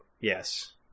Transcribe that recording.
Yes